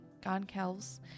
gonkels